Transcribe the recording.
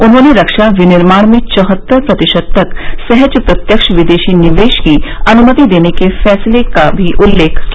उन्होंने रक्षा विनिर्माण में चौहत्तर प्रतिशत तक सहज प्रत्यक्ष विदेशी निवेश की अनुमति देने के फैसले का भी उल्लेख किया